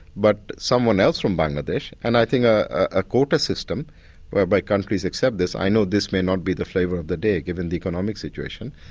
but someone else from bangladesh. and i think a quota system whereby countries accept this, i know this may not be the flavour of the day given the economic situation,